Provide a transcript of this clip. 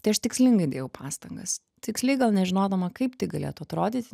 tai aš tikslingai dėjau pastangas tiksliai gal nežinodama kaip tai galėtų atrodyti